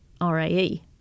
RAE